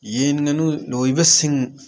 ꯌꯦꯟ ꯉꯥꯅꯨ ꯂꯣꯏꯕꯁꯤꯡ